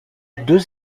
deux